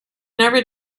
never